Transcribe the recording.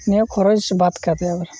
ᱱᱤᱭᱟᱹ ᱠᱷᱚᱨᱚᱪ ᱵᱟᱫ ᱠᱟᱛᱮᱫ